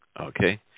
Okay